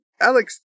Alex